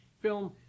film